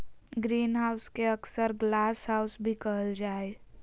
greenhouse के अक्सर glasshouse भी कहल जा हइ